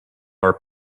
our